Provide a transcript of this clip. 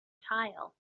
tile